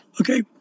okay